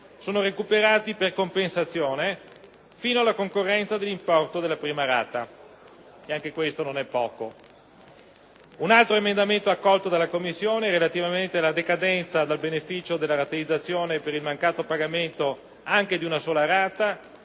sono recuperati per compensazione, fino alla concorrenza dell'importo della prima rata. Ed anche questo non è poco. Un altro emendamento accolto dalla Commissione, che prevede la decadenza dal beneficio della rateizzazione per il mancato pagamento anche di una sola rata,